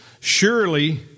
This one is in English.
...surely